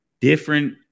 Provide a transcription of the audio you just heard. Different